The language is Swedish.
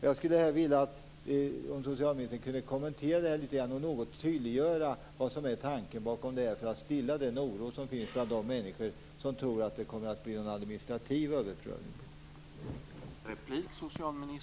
Jag skulle vilja att socialministern kunde kommentera det här litet grand och något tydliggöra vad som är tanken bakom det här för att stilla oron bland de människor som tror att det kommer att bli något slags administrativ överprövning.